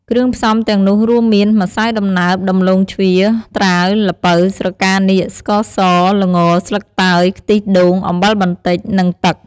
គ្រឿងផ្សំទាំងនោះរួមមាន ម្សៅដំណើប ដំឡូងជ្វា ត្រាវ ល្ពៅ ស្រកានាគ ស្ករស ល្ង ស្លឹកតើយ ខ្ទិះដូង អំបិលបន្តិច និងទឹក។